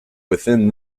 within